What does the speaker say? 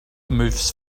moves